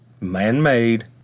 man-made